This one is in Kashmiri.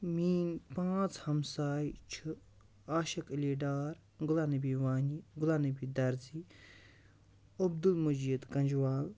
میٛٲنۍ پانٛژھ ہمساے چھِ عاشق علی ڈار غلام نبی وانی غلام نبی درزی عبدالمجیٖد کَںٛجوال